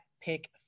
pick